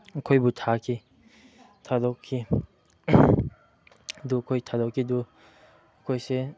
ꯑꯩꯈꯣꯏꯕꯨ ꯊꯥꯈꯤ ꯊꯥꯗꯣꯛꯈꯤ ꯑꯗꯨ ꯑꯩꯈꯣꯏ ꯊꯥꯗꯣꯛꯈꯤꯗꯨ ꯑꯩꯈꯣꯏꯁꯦ